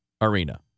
arena